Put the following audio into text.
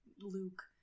Luke